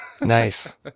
Nice